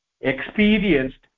experienced